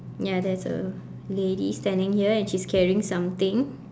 ya there's a lady standing here and she's carrying something